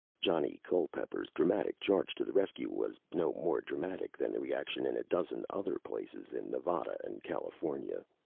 johnny culpepper's dramatic charge to the rescue was no more dramatic than the reaction in a dozen other places in nevada and california.